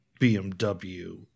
BMW